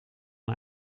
een